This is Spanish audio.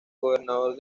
gobernador